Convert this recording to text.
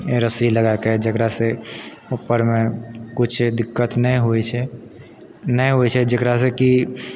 रस्सी लगाए कऽ जकरासँ उपरमे किछु दिक्कत नहि होइ छै नहि होइ छै जकरासँ की